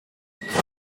through